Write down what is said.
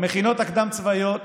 במכינות הקדם-צבאיות